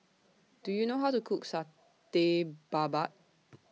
Do YOU know How to Cook Satay Babat